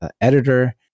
Editor